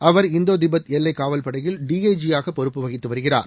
அவர் Indo Tibet எல்லை காவல் படையில் டிஐஜியாக பொறுப்பு வகித்து வருகிறார்